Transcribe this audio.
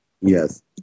Yes